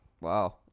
Wow